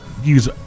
Use